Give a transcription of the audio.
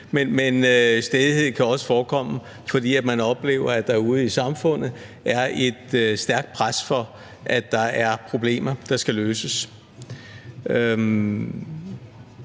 Men stædighed kan også forekomme, fordi man oplever, at der ude i samfundet er et stærkt pres med hensyn til problemer, der skal løses.